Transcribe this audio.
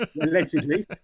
Allegedly